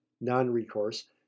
non-recourse